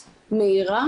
לא מגיע להם.